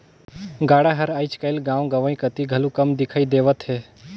गाड़ा हर आएज काएल गाँव गंवई कती घलो कम दिखई देवत हे